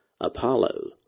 Apollo